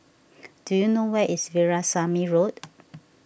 do you know where is Veerasamy Road